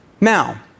Now